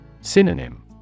Synonym